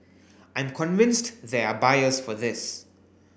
I'm convinced there are buyers for this